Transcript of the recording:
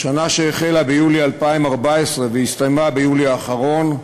לשנה שהחלה ביולי 2014 והסתיימה ביולי האחרון,